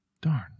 Darn